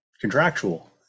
contractual